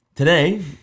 Today